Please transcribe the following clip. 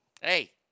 hey